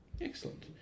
excellent